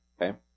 okay